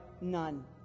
none